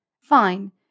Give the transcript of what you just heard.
Fine